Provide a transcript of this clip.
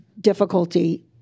difficulty